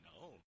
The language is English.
No